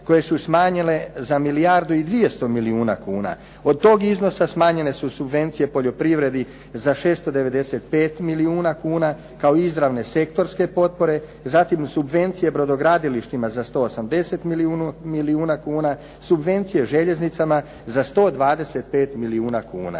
koje su smanjile za milijardu i 200 milijuna kuna. Od tog iznosa smanjene su subvencije poljoprivredi za 695 milijuna kuna kao izravne sektorske potpore. Zatim subvencije brodogradilištima za 180 milijuna kuna. Subvencije željeznicama za 125 milijuna kuna.